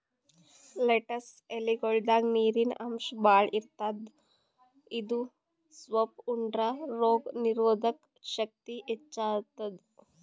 lettuce ಎಲಿಗೊಳ್ದಾಗ್ ನೀರಿನ್ ಅಂಶ್ ಭಾಳ್ ಇರ್ತದ್ ಇದು ಸೊಪ್ಪ್ ಉಂಡ್ರ ರೋಗ್ ನೀರೊದಕ್ ಶಕ್ತಿ ಹೆಚ್ತಾದ್